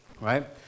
right